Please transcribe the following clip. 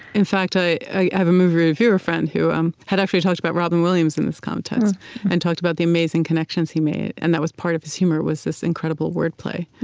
in fact, i have a movie reviewer friend who um had actually talked about robin williams in this context and talked about the amazing connections he made. and that was part of his humor, was this incredible wordplay.